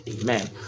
amen